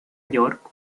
york